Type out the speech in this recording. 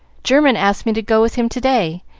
german asked me to go with him to-day,